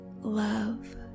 love